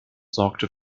sorgte